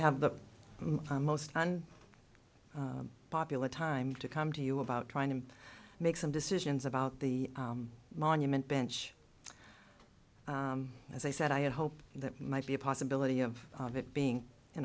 have the most fun popular time to come to you about trying to make some decisions about the monument bench as i said i hope that might be a possibility of it being you